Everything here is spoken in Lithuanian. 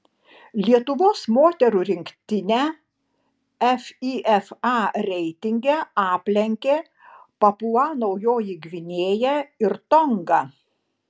lietuvos moterų rinktinę fifa reitinge aplenkė papua naujoji gvinėja ir tonga